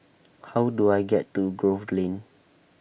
How Do I get to Grove Lane